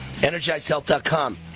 EnergizedHealth.com